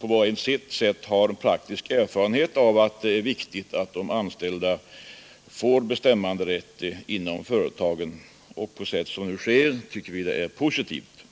var och en på sitt sätt har praktisk erfarenhet av hur viktigt det är att de anställda får bestämmanderätt inom företagen på det sätt som nu sker. Det tycker vi är positivt.